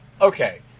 okay